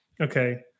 okay